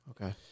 Okay